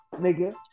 nigga